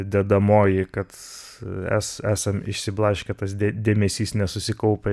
dedamoji kad es esam išsiblaškę tas dė dėmesys nesusikaupę